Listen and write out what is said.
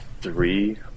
three